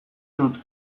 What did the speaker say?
dut